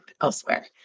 elsewhere